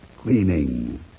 cleaning